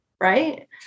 right